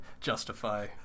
justify